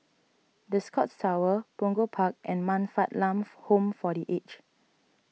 the Scotts Tower Punggol Park and Man Fatt Lam Foo Home for the Aged